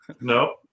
No